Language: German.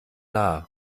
nah